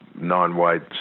non-white